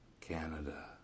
Canada